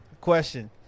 Question